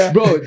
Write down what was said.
Bro